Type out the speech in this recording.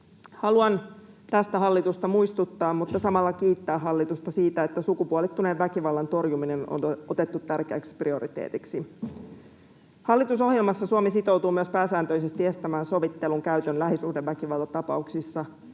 Haluan tästä hallitusta muistuttaa mutta samalla kiittää hallitusta siitä, että sukupuolittuneen väkivallan torjuminen on otettu tärkeäksi prioriteetiksi. Hallitusohjelmassa Suomi sitoutuu myös pääsääntöisesti estämään sovittelun käytön lähisuhdeväkivaltatapauksissa,